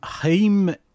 Haim